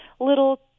little